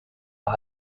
发展